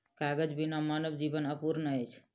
कागज बिना मानव जीवन अपूर्ण अछि